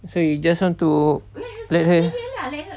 so you just want to let her